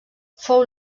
fou